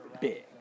big